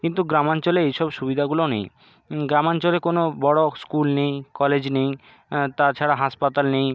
কিন্তু গ্রামাঞ্চলে এই সব সুবিধাগুলো নেই গ্রামাঞ্চলে কোনো বড়ো স্কুল নেই কলেজ নেই তাছাড়া হাসপাতাল নেই